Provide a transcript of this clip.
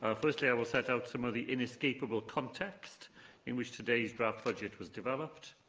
ah firstly, i will set out some of the inescapable context in which today's draft budget was developed.